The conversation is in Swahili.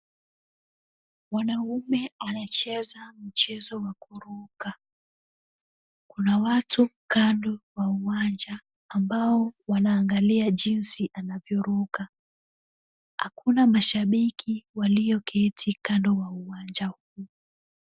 Wanaume wanacheza mchezo wa kuruka, kuna watu kando wa uwanja ambao wanaangalia jinsi anavyoruka. Hakuna mashabiki walioketi kando wa uwanja huu.